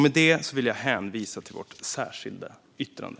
Med det vill jag hänvisa till vårt särskilda yttrande.